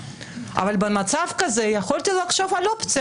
אבל במצב כזה יכולתי לחשוב על אופציה